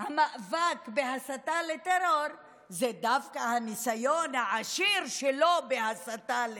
המאבק בהסתה לטרור הוא דווקא הניסיון העשיר שלו בהסתה לטרור.